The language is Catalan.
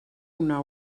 una